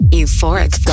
Euphoric